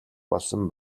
болсон